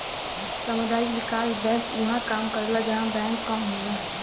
सामुदायिक विकास बैंक उहां काम करला जहां बैंक कम होला